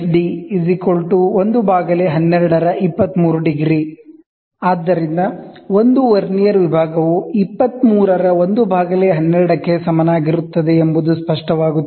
D 112 ರ 23° ಆದ್ದರಿಂದ ಒಂದು ವರ್ನಿಯರ್ ವಿಭಾಗವು 23ರ 112 ಕ್ಕೆ ಸಮನಾಗಿರುತ್ತದೆ ಎಂಬುದು ಸ್ಪಷ್ಟವಾಗುತ್ತದೆ